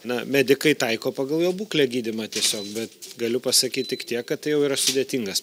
na medikai taiko pagal jo būklę gydymą tiesiog bet galiu pasakyt tik tiek kad tai jau yra sudėtingas